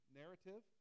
narrative